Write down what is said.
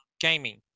Gaming